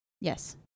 Yes